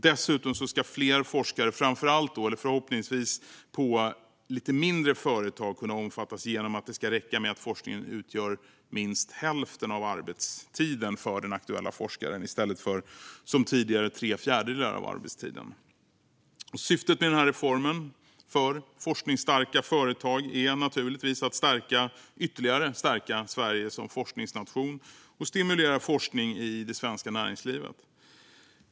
Dessutom ska fler forskare, framför allt eller förhoppningsvis på lite mindre företag, kunna omfattas genom att det ska räcka med att forskningen utgör minst hälften av arbetstiden för den aktuella forskaren i stället för som tidigare tre fjärdedelar av arbetstiden. Syftet med den här reformen för forskningsstarka företag är naturligtvis att ytterligare stärka Sverige som forskningsnation och stimulera forskning i det svenska näringslivet.